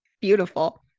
beautiful